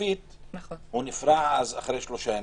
סופית הוא נפרע אחרי שלושה ימים.